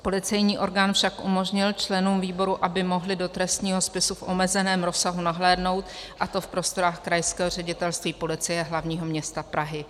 Policejní orgán však umožnil členům výboru, aby mohli do trestního spisu v omezeném rozsahu nahlédnout, a to v prostorách Krajského ředitelství Policie hlavního města Prahy.